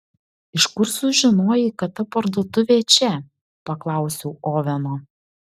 iš kur sužinojai kad ta parduotuvė čia paklausiau oveno